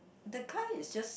the kind is just